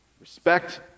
respect